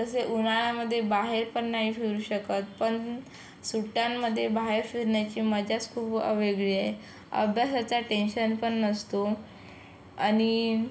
तसे उन्हाळ्यामध्ये बाहेर पण नाही फिरू शकत पण सुट्ट्यांमध्ये बाहेर फिरण्याची मजाच खूप वेगळी आहे अभ्यासाचं टेन्शन पण नसतो आणि